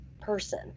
person